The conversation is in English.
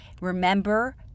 Remember